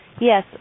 Yes